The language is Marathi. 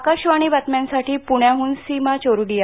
आकाशवाणी बातम्यांसाठी प्ण्याहून सीमा चोरडिया